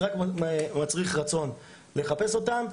רק מצריך רצון לחפש אותם.